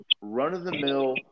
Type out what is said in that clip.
run-of-the-mill